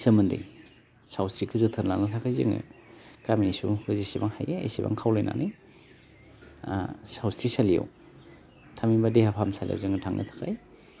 सोमोन्दै सावस्रिखौ जोथोन लानो थाखाय जोङो गामिनि सुबुंखौ जेसेबां हायो एसेबां खावलायनानै सावस्रि सालियाव थामहिनबा देहा फाहामसालियाव जोङो थांनो थाखाय